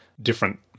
different